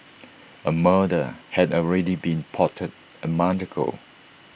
A murder had already been plotted A month ago